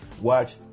Watch